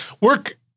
work